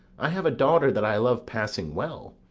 i have a daughter that i love passing well.